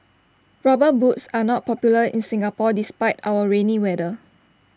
rubber boots are not popular in Singapore despite our rainy weather